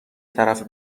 طرفه